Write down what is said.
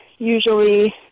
Usually